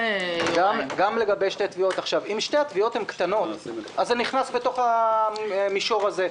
גם לגבי שתי תביעות אם שתי התביעות הן קטנות אז זה נכנס למישור הזה.